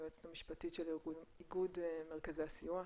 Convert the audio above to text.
היועמ"ש של איגוד מרכזי הסיוע.